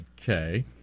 Okay